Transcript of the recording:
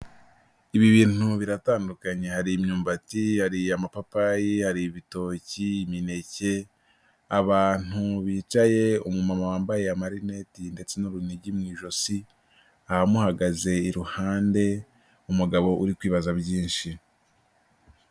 Ibi bintu biratandukanye, hari imyumbati, hari amapapayi, hari ibitoki, imineke, abantu bicaye, umumama wambaye amarineti ndetse n'urunigi mu ijosi, abamuhagaze iruhande, umugabo uri kwibaza byinshi.